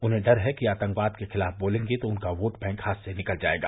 उन्हें डर है कि आतंकवाद के खिलाफ बोलेंगे तो उनका वोटबैंक हाथ से निकल जायेगा